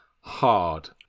hard